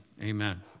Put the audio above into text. Amen